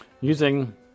using